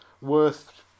worth